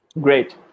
Great